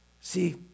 See